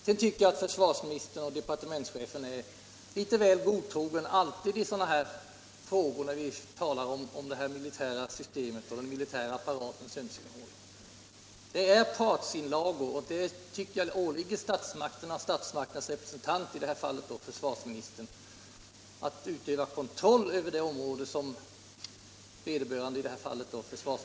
Sedan tycker jag att försvarsministern alltid är litet väl godtrogen när det gäller den militära apparatens önskemål. Militärens önskemål är partsinlagor, och jag tycker att det åligger statsmakternas representant — i detta fall försvarsministern — att utöva kontroll över det område som han är satt att bevaka.